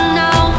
now